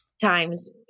times